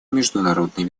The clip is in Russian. международной